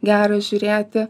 gera žiūrėti